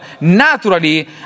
naturally